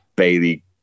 Bailey